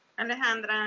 alejandra